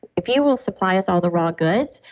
if you will, supply us all the raw goods,